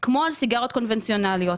כמו סיגריות קונבנציונאליות.